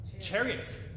Chariots